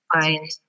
find